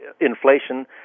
inflation